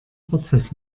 prozess